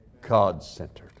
God-centered